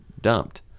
dumped